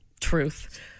Truth